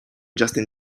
justin